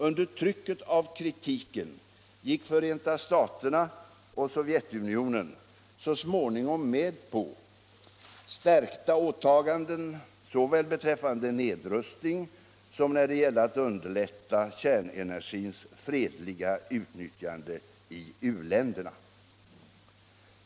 Under trycket av kritiken gick Förenta staterna och Sovjetunionen så småningom med på stärkta åtaganden såväl beträffande nedrustning som när det gällde att underlätta kärnenergins fredliga utnyttjande i u-länderna.